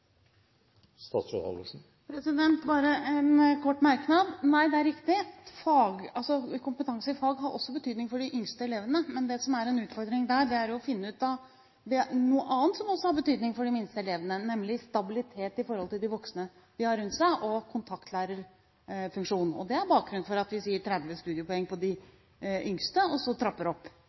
Bare en kort merknad: Det er riktig at kompetanse i fag også har betydning for de yngste elevene. Men det som er en utfordring der, er noe annet som også er av betydning for de minste elevene, nemlig stabilitet i forhold til de voksne de har rundt seg, og kontaktlærerfunksjonen. Det er bakgrunnen for at vi sier 30 studiepoeng på de yngste, og så trapper vi opp.